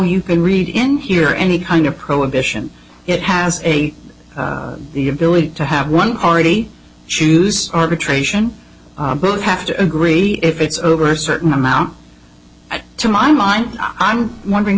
you can read in here any kind of prohibition it has a the ability to have one party choose arbitration and have to agree if it's over a certain amount to my mind i'm wondering